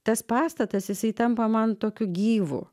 tas pastatas isai tampa man tokiu gyvu